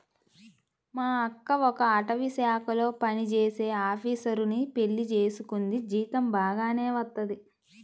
మా అక్క ఒక అటవీశాఖలో పనిజేసే ఆపీసరుని పెళ్లి చేసుకుంది, జీతం బాగానే వత్తది